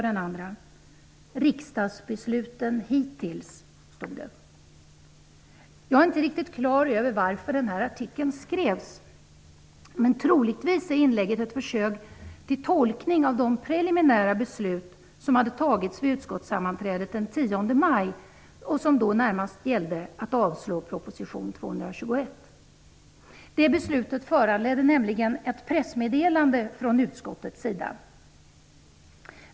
Den löd: ''Riksdagsbesluten hittills''. Jag är inte riktigt på det klara med varför artikeln skrevs, men troligtvis är inlägget ett försök till tolkning av det preliminära beslut som fattats vid utskottssammanträdet den 10 maj, vilket närmast innebar ett avslag på proposition 221. Detta beslut föranledde nämligen ett pressmeddelande från utskottets sida.